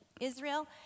Israel